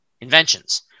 inventions